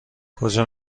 کجا